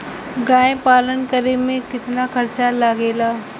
गाय पालन करे में कितना खर्चा लगेला?